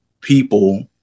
people